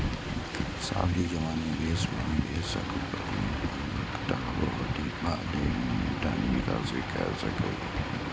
सावधि जमा निवेश मे निवेशक परिपक्वता अवधिक बादे धन निकासी कैर सकैए